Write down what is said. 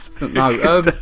No